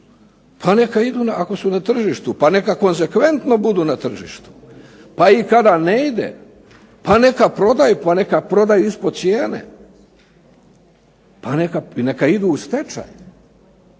kažu ako su na tržištu pa neka konzekventno budu na tržištu. Pa i kada ne ide, pa neka prodaju, pa neka prodaju ispod cijene, pa neka idu u stečaj.